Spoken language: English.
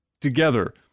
together